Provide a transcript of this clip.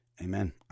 Amen